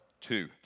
two